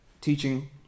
teaching